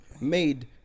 made